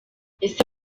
ese